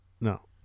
No